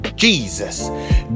Jesus